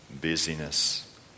busyness